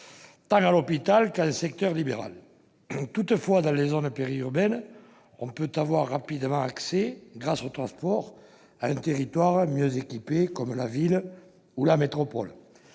tant à l'hôpital qu'en secteur libéral. Toutefois, dans les zones périurbaines, on peut avoir rapidement accès, grâce aux transports, à un territoire mieux équipé en matière de santé, comme